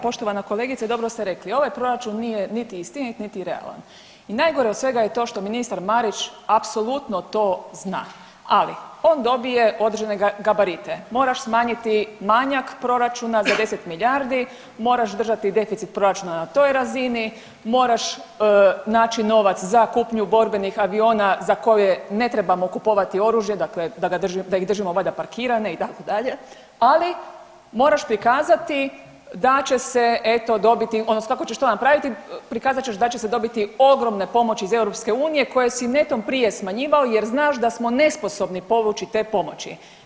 Poštovana kolegice dobro ste rekli, ovaj proračun nije niti istinit, niti realan i najgore od svega je to što ministar Marić apsolutno to zna, ali on dobije određene gabarite moraš smanjiti manjak proračuna za 10 milijardi, moraš držati deficit proračuna na toj razini, moraš naći novac za kupnju borbenih aviona za koju je, ne trebamo kupovati oružje dakle da ih držimo valjda parkirane itd., ali moraš prikazati da će se eto dobiti odnosno kako ćeš to napraviti prikazat ćeš da će se dobiti ogromne pomoći iz Europske unije koje si netom prije smanjivao jer znaš da smo nesposobni povući te pomoći.